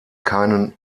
keinen